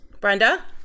Brenda